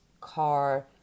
car